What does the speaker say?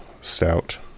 stout